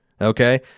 okay